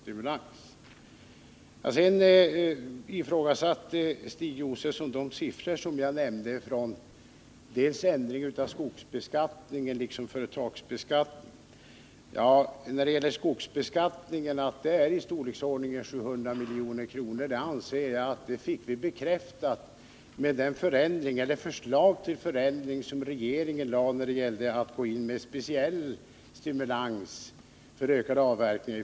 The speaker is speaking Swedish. Vidare ifrågasatte Stig Josefson de siffror jag nämnde och som hänförde sig till ändringarna i skogsbeskattningen och i företagsbeskattningen. Att det när det gäller skogsbeskattningen rör sig om belopp på ca 700 milj.kr. anser jag att vi fick bekräftat i och med de förslag till ändring av reglerna som regeringen i fjol våras lade fram och som syftade till att ge speciell stimulans till ökad avverkning.